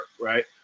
right